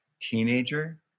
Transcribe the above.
teenager